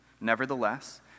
Nevertheless